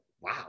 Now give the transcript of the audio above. Wow